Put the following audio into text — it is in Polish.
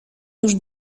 już